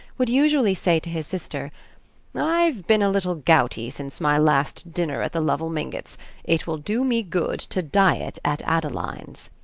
would usually say to his sister i've been a little gouty since my last dinner at the lovell mingotts' it will do me good to diet at adeline's.